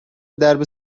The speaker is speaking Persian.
درب